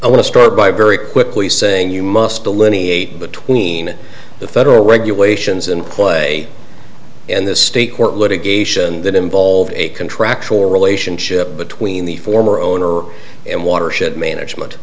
a store by very quickly saying you must delineate between the federal regulations and clay and the state court litigation that involved a contractual relationship between the former owner and watershed management